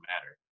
matter